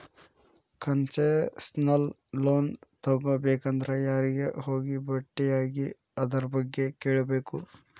Concessional loan ತಗೊಬೇಕಂದ್ರ ಯಾರಿಗೆ ಹೋಗಿ ಬೆಟ್ಟಿಯಾಗಿ ಅದರ್ಬಗ್ಗೆ ಕೇಳ್ಬೇಕು?